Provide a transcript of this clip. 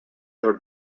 their